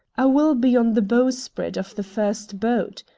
i will be on the bowsprit of the first boat.